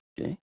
Okay